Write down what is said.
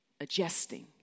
adjusting